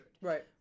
Right